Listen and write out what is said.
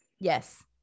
yes